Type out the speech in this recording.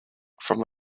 from